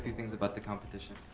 things about the competition.